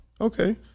okay